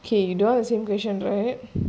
K you don't want the same question right